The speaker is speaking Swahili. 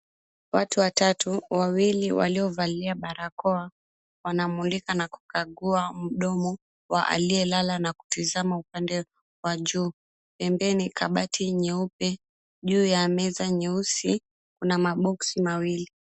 Watu watatu, wawili waliovalia barakoa, wanamulika na kukagua mdomo wa aliyelala na kutizama upande wa juu. Pembeni kabati nyeupe juu ya meza nyeusi, kuna maboksi mawili.